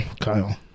Kyle